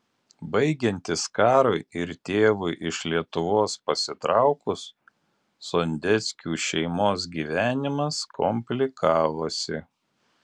baigiantis karui ir tėvui iš lietuvos pasitraukus sondeckių šeimos gyvenimas komplikavosi